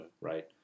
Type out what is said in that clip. right